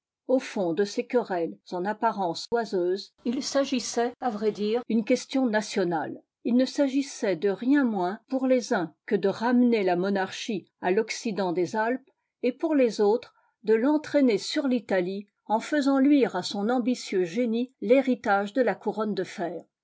au fond de ces querelles en apparence oiseuses il s'agitait à vrai dire une question nationale il ne s'agissait de rien moins pour les uns que de ramener la monarchie à l'occident des alpes et pour les autres de l'entraîner igitized by google sur fltalic en faisant luire à son ambitieux génie l'héritage de la couronne de fer